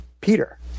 Peter